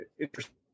interesting